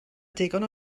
digon